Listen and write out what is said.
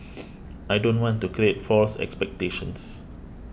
I don't want to create false expectations